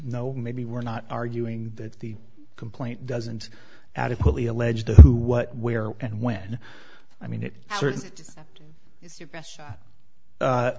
know maybe we're not arguing that the complaint doesn't adequately allege who what where and when i mean it just is your best ho